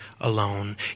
alone